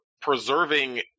preserving